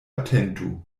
atentu